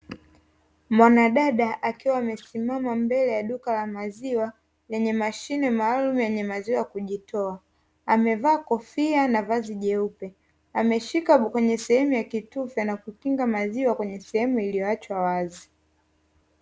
Mwanadada akiwa amesimama mbele ya duka la maziwa lenye mashine maalumu yenye maziwa kujitoa amevaa kofia na vazi. Jeupe ameshika kwenye sehemu ya kitufe inakukinga maziwa kwenye sehemu iliyoachwa wazi.